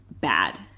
bad